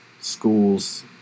schools